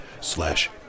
slash